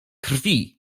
krwi